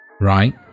right